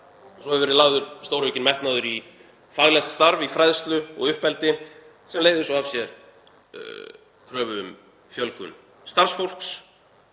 svo hefur verið lagður stóraukinn metnaður í faglegt starf í fræðslu og uppeldi sem leiðir svo af sér kröfur um fjölgun starfsfólks,